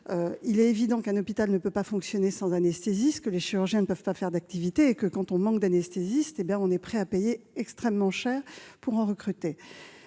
Il est évident qu'un hôpital ne peut pas fonctionner sans anesthésiste. Les chirurgiens ne peuvent alors pas travailler. Quand on manque d'anesthésistes, on est prêt à payer extrêmement cher pour en recruter.